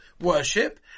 worship